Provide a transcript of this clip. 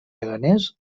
leganés